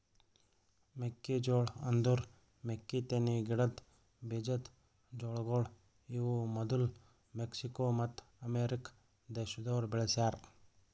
ಮೆಕ್ಕಿ ಜೋಳ ಅಂದುರ್ ಮೆಕ್ಕಿತೆನಿ ಗಿಡದ್ ಬೀಜದ್ ಜೋಳಗೊಳ್ ಇವು ಮದುಲ್ ಮೆಕ್ಸಿಕೋ ಮತ್ತ ಅಮೇರಿಕ ದೇಶದೋರ್ ಬೆಳಿಸ್ಯಾ ರ